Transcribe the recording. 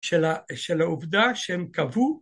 של העובדה שהם קבעו